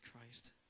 Christ